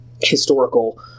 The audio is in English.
historical